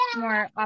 more